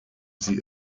sie